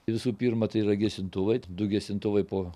visų pirma tai yra gesintuvai du gesintuvai po